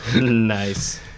Nice